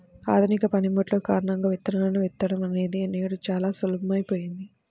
ఆధునిక పనిముట్లు కారణంగా విత్తనాలను విత్తడం అనేది నేడు చాలా సులభమైపోయింది